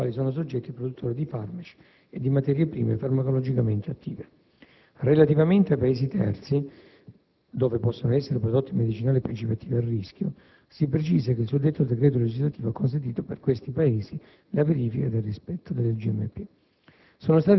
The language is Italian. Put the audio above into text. alle quali sono soggetti i produttori di farmaci e di materie prime farmacologicamente attive. Relativamente ai Paesi terzi, dove possono essere prodotti medicinali e princìpi attivi a rischio, si precisa che il suddetto decreto legislativo ha consentito per questi Paesi la verifica del rispetto delle GMP.